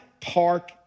park